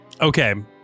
Okay